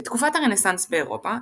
בתקופת הרנסאנס באירופה,